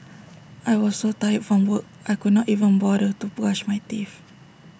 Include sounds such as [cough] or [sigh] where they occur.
[noise] I was so tired from work I could not even bother to brush my teeth